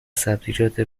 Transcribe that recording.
سبزیجات